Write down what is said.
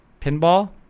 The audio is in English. pinball